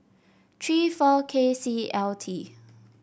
three four K C L T